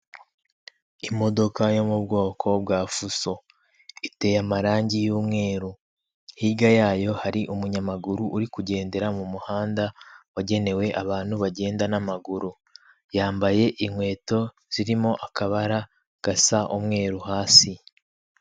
Imodoka yo mu bwoko bwa fuso iteye amarangi y'umweru hirya yayo hari umunyamaguru uri kugendera mu muhanda wagenewe abantu bagenda n'amaguru yambaye inkweto zirimo akabara gasa umweru hasi.